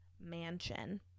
Mansion